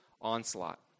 onslaught